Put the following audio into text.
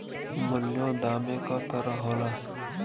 मूल्यों दामे क तरह होला